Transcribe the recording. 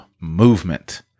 movement